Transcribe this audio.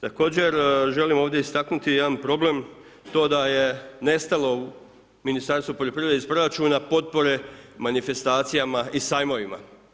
Također, želim ovdje istaknuti jedan problem to da je nestalo u Ministarstvu poljoprivrede iz Proračuna potpore manifestacijama i sajmovima.